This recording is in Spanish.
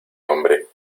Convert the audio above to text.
hombre